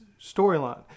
storyline